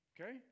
Okay